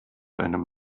einem